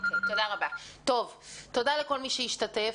תודה לכל מי שהשתתף.